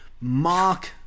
Mark